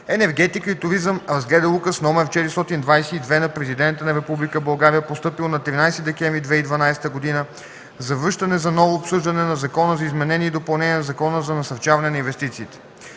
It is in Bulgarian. енергетика и туризъм разгледа Указ № 422 на Президента на Република България, постъпил на 13 декември 2012 г., за връщане за ново обсъждане на Закона за изменение и допълнение на Закона за насърчаване на инвестициите.